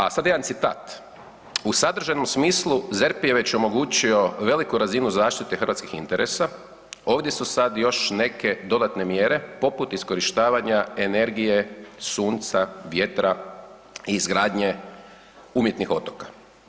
A sad jedan citat: „U sadržajnom smislu ZERP je već omogućio veliku razinu zaštite hrvatskih interesa, ovdje su sad još neke dodatne mjere poput iskorištavanja energije sunca, vjetra i izgradnje umjetnih otoka“